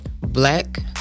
black